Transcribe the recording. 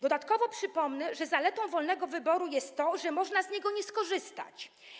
Dodatkowo przypomnę, że zaletą wolnego wyboru jest to, że można z niego nie skorzystać.